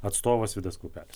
atstovas vidas kaupelis